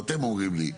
או אתם אומרים לי,